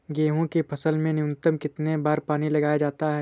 गेहूँ की फसल में न्यूनतम कितने बार पानी लगाया जाता है?